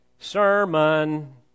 sermon